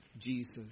Jesus